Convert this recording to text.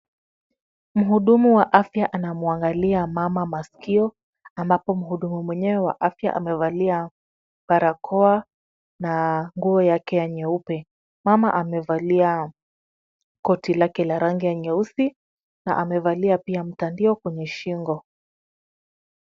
Mhudumu wa afya anamwangalia mama maskio ambapo mhudumu mwenyewe wa afya amevaa barakoa na nguo yake ya nyeupe. Mama amevalia koti lake la rangi ya nyeusi na amevalia pia mtandio kwenye shingo.